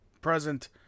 present